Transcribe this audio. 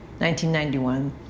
1991